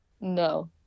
no